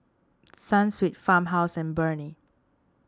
Sunsweet Farmhouse and Burnie